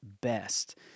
best